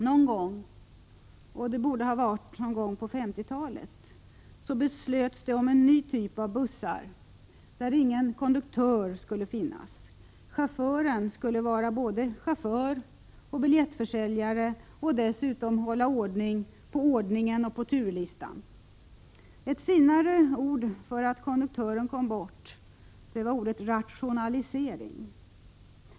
Någon gång — det måste väl ha varit på 1950-talet — så beslöts det om en ny typ av bussar där ingen konduktör skulle finnas. Chauffören skulle vara både förare och biljettförsäljare och dessutom hålla reda på både ordningen och turlistan. Ett finare ord för att konduktören kom bort var rationalisering.